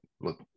look